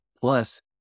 plus